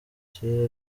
cyera